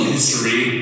history